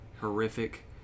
horrific